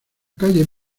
calle